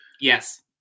Yes